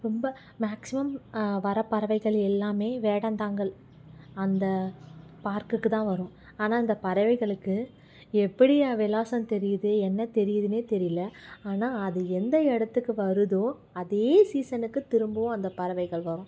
ரொம்ப மேக்ஸிமம் வர பறவைகள் எல்லாமே வேடந்தாங்கல் அந்த பார்க்குக்கு தான் வரும் ஆனால் அந்த பறவைகளுக்கு எப்படி என் விலாசம் தெரியுது என்ன தெரியுதுனே தெரியல ஆனால் அது எந்த இடத்துக்கு வருதோ அதே சீசனுக்கு திரும்பவும் அந்த பறவைகள் வரும்